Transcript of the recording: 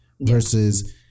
Versus